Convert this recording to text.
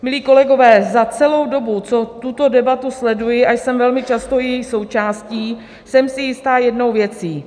Milí kolegové, za celou dobu, co tuto debatu sleduji a jsem velmi často její součásti, jsem si jista jednou věcí.